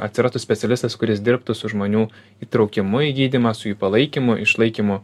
atsirastų specialistas kuris dirbtų su žmonių įtraukimu į gydymą su jų palaikymu išlaikymu